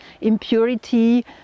impurity